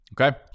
okay